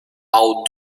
how